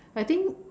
I think